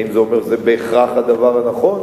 האם זה אומר שזה בהכרח הדבר הנכון,